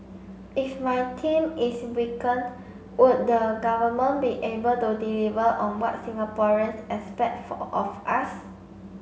if my team is weakened would the government be able to deliver on what Singaporeans expect for of us